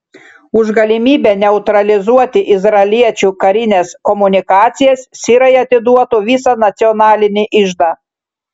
už galimybę neutralizuoti izraeliečių karines komunikacijas sirai atiduotų visą nacionalinį iždą